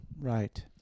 right